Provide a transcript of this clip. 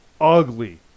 ugly